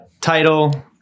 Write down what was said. title